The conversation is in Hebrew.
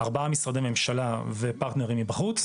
ארבעה משרדי ממשלה ופרטנרים מבחוץ,